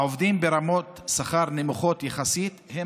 העובדים ברמות שכר נמוכות יחסית הם